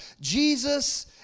Jesus